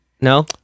no